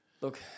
Look